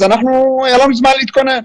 היה לנו זמן להתכונן.